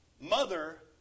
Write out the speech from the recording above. Mother